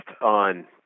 on